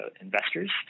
investors